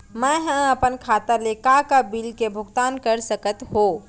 मैं ह अपन खाता ले का का बिल के भुगतान कर सकत हो